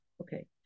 okay